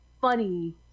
funny